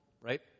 Right